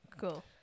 Cool